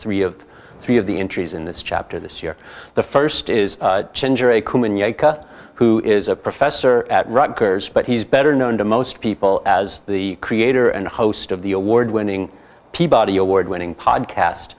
three of three of the entries in this chapter this year the st is who is a professor at rutgers but he's better known to most people as the creator and host of the award winning peabody award winning podcast